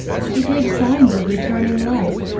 she gave signs of returning life,